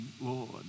Lord